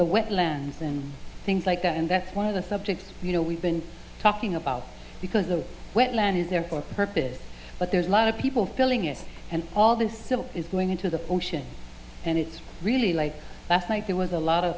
the wetlands and things like that and that's one of the subjects you know we've been talking about because the wetland is there for a purpose but there's a lot of people feeling it and all the silt is going into the ocean and it's really late last night there was a lot of